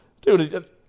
dude